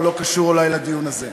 או לא קשור אולי לדיון הזה.